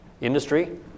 Industry